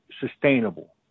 sustainable